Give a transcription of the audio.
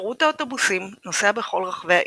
אוטובוסים שירות האוטובוסים נוסע בכל רחבי העיר,